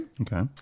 Okay